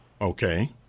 Okay